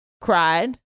Cried